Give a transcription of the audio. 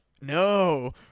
no